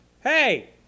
Hey